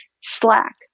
Slack